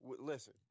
listen